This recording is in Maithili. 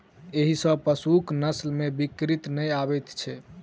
एहि सॅ पशुक नस्ल मे विकृति नै आबैत छै